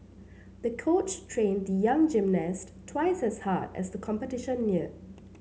the coach trained the young gymnast twice as hard as the competition neared